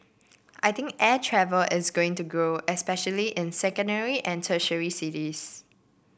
I think air travel is going to grow especially in secondary and tertiary cities